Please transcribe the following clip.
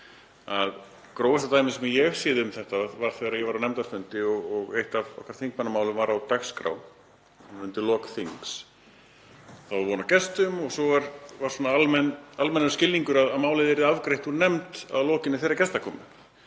að grófasta dæmið sem ég hef séð um þetta var þegar ég var á nefndarfundi og eitt af okkar þingmannamálum var á dagskrá undir lok þings. Þá var von á gestum og það var svona almennur skilningur að málið yrði afgreitt úr nefnd að lokinni þeirri gestakomu.